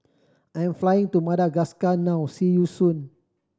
I'm flying to Madagascar now see you soon